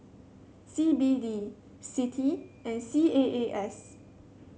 C B D CITI and C A A S